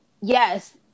yes